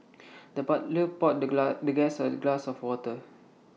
the butler poured the glass the guest at A glass of water